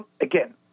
again